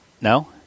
No